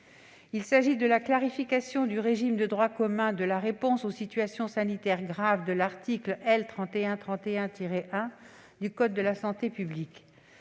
Il s'agit de la clarification du régime de droit commun de la réponse aux situations sanitaires graves de l'article L. 3131-1 du code de la santé publique.